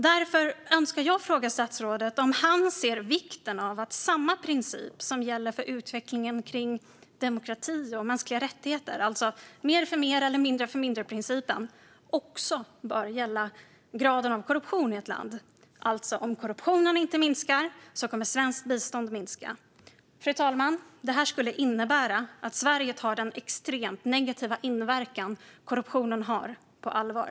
Därför önskar jag fråga statsrådet om han ser vikten av att samma princip som gäller för utvecklingen i fråga om demokrati och mänskliga rättigheter, alltså mer-för-mer eller mindre-för-mindre-principen, bör gälla också för graden av korruption i ett land. Om korruptionen inte minskar kommer alltså svenskt bistånd att minska. Fru talman! Det skulle innebära att Sverige tar korruptionens extremt negativa inverkan på allvar.